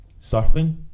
surfing